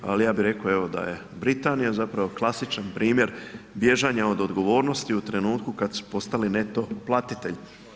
Ali evo ja bih rekao da je Britanija klasičan primjer bježanja od odgovornosti u trenutku kada su postali neto platitelj.